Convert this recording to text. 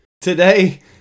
Today